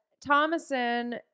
Thomason